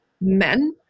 men